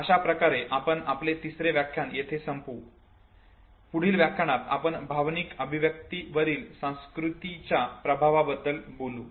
अशा प्रकारे आपण आपले तिसरे व्याख्यान येथे संपवू पुढील व्याख्यानात आपण भावनिक अभिव्यक्ती वरील संस्कृतीच्या प्रभावाबद्दल बोलू